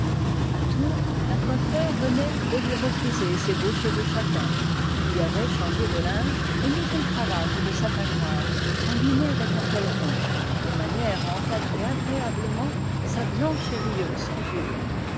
a tours un coiffeur venait de lui refriser ses beaux cheveux châtains il y avait changé de linge et mis une cravate de satin noir combinée avec un col rond de manière à encadrer agréablement sa blanche et rieuse figure